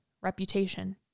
reputation